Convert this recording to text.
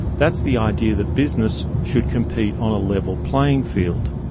that's the idea that business should compete on a level playing field.